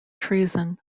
treason